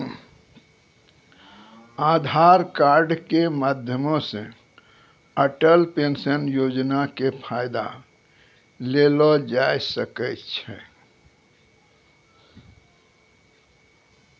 आधार कार्ड के माध्यमो से अटल पेंशन योजना के फायदा लेलो जाय सकै छै